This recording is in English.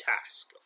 task